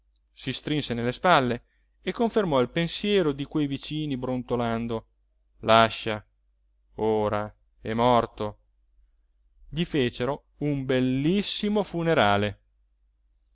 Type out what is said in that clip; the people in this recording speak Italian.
si strinse nelle spalle e confermò il pensiero di quei vicini brontolando lascia ora è morto gli fecero un bellissimo funerale